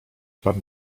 pan